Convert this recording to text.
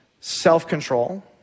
self-control